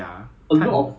mm mm